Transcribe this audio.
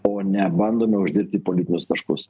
o ne bandome uždirbti politinius taškus